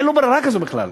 אין לו ברירה כזאת בכלל.